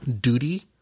duty